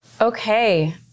Okay